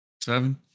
seven